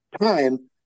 time